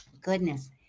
Goodness